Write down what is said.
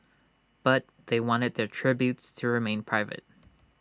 but they wanted their tributes to remain private